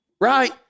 right